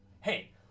hey